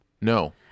No